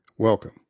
Welcome